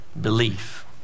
belief